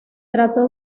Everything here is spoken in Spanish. trató